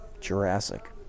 Jurassic